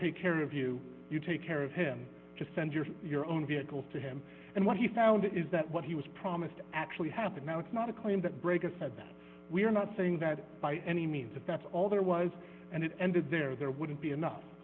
take care of you you take care of him just send your your own vehicle to him and what he found is that what he was promised actually happened now it's not a claim that break aside that we are not saying that by any means if that's all there was and it ended there there wouldn't be enough